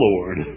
Lord